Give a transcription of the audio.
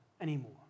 anymore